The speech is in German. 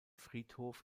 friedhof